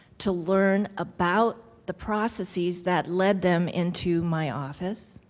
to learn about the processes that led them into my office,